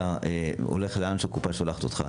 אתה הולך לאן שהקופה שולחת אותך.